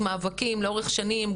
מאבקים לאורך שנים,